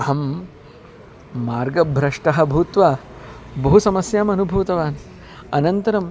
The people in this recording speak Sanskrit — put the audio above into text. अहं मार्गभ्रष्टः भूत्वा बहु समस्यान् अनुभूतवान् अनन्तरम्